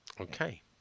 Okay